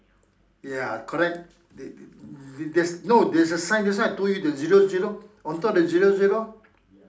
ya correct there there there's no there's a sign that's why I told you the zero zero on top the zero zero